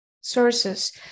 sources